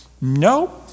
no